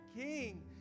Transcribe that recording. king